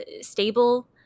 stable